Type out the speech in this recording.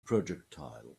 projectile